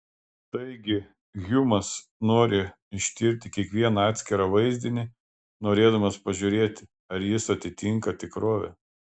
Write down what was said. taigi hjumas nori ištirti kiekvieną atskirą vaizdinį norėdamas pažiūrėti ar jis atitinka tikrovę